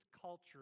culture